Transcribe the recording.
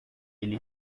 ele